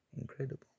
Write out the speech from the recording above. Incredible